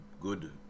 Good